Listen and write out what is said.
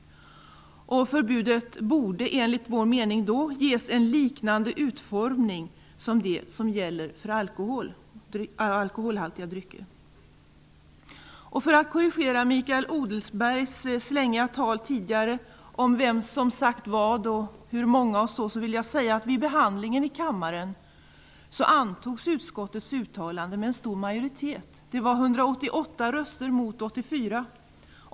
Förbudet borde enligt vår mening ges en liknande utformning som det som gäller för alkoholhaltiga drycker. För att korrigera Mikael Odenbergs slängiga tal tidigare om vem som sagt vad och hur många vill jag säga att vid behandlingen i kammaren antogs utskottets uttalande med en stor majoritet. Det var 188 röster mot 84.